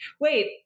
Wait